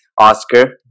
Oscar